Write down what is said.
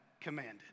commanded